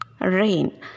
rain